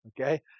Okay